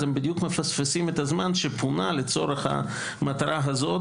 הם בדיוק מפספסים את הזמן שפונה לצורך המטרה הזו.